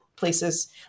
places